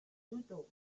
benito